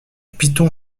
piton